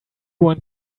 want